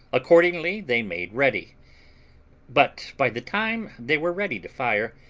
accordingly they made ready but by the time they were ready to fire,